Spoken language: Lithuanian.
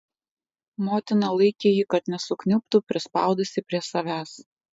motina laikė jį kad nesukniubtų prispaudusi prie savęs